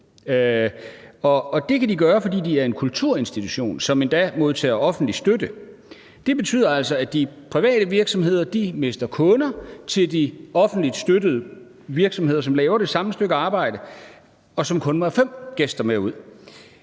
Det kan de gøre, fordi de er en kulturinstitution, som endda modtager offentlig støtte. Det betyder altså, at de private virksomheder mister kunder til de offentligt støttede virksomheder, som laver det samme stykke arbejde, og som kun må have 5 gæster med ud.